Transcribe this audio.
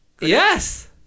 Yes